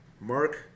Mark